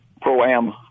pro-am